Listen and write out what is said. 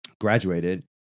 graduated